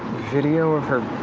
video of her